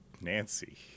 Nancy